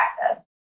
practice